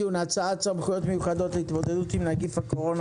על סדר-היום: הצעת סמכויות מיוחדות להתמודדות עם נגיף הקורונה